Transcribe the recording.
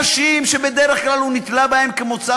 אנשים שבדרך כלל הוא נתלה בהם כמוצא